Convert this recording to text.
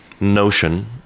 notion